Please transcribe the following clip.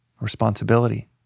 responsibility